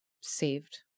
saved